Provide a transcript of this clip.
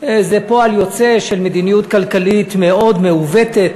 זה פועל יוצא של מדיניות כלכלית מאוד מעוותת.